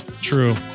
True